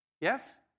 Yes